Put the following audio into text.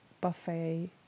buffet